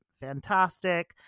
fantastic